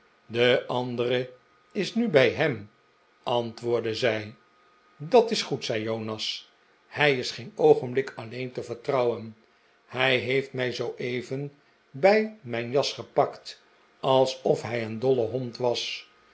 de andere is nu bij hem antwoordde zij dat is goed zei jonas hij is geen oogenblik alleen te vertrouwen hij heeft mij zooeven bij mijn jas gepakt alsof hij een dolle hond was